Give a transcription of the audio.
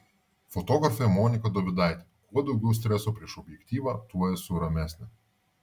fotografė monika dovidaitė kuo daugiau streso prieš objektyvą tuo esu ramesnė